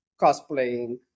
cosplaying